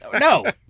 No